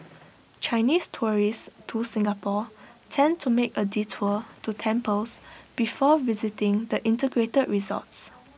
Chinese tourists to Singapore tend to make A detour to temples before visiting the integrated resorts